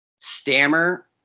Stammer